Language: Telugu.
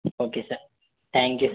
okay sir thank you